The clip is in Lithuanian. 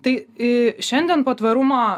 tai šiandien po tvarumo